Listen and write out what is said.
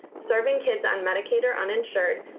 serving kids on medicaid or uninsured,